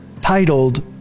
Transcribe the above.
titled